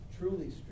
Truly